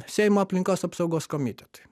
seimo aplinkos apsaugos komitetui